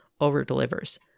over-delivers